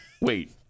Wait